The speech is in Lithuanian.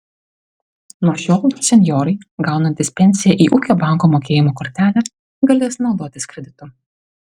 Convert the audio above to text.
nuo šiol senjorai gaunantys pensiją į ūkio banko mokėjimo kortelę galės naudotis kreditu